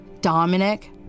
Dominic